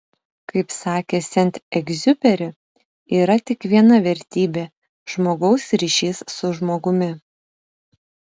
kaip sakė sent egziuperi yra tik viena vertybė žmogaus ryšys su žmogumi